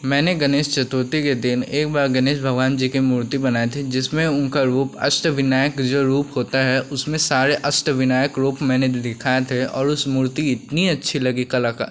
मैंने गणेश चतुर्थी के दिन एक बार गणेश भगवान जी की मूर्ति बनाई थी जिसमें उनका रूप अष्टविनायक का जो रूप होता है उसमें सारे अष्टविनायक रूप मैंने भी दिखाए थे और उस मूर्ति इतनी अच्छी लगी कलाकार